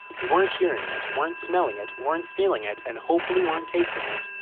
you weren't hearing it, weren't smelling it, weren't feeling it, and hopefully weren't tasting it,